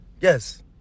Yes